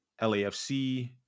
LAFC